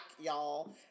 y'all